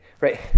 Right